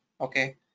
okay